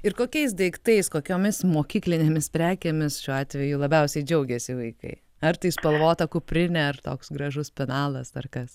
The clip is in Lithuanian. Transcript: ir kokiais daiktais kokiomis mokyklinėmis prekėmis šiuo atveju labiausiai džiaugiasi vaikai ar tai spalvota kuprinė ar toks gražus penalas ar kas